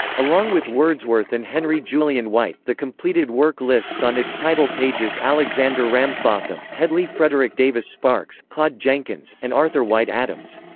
along with wordsworth and henry julian white, the completed work lists on its title pages alexander ramsbotham, hedley frederick davis sparks, claude jenkins, and arthur white adams.